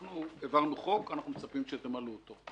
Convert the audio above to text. אנחנו העברנו חוק ואנחנו מצפים שתמלאו אותו,